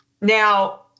Now